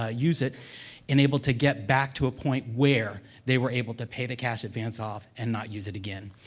ah use it and able to get back to a point where they were able to pay the cash advance off and not use it again.